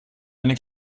eine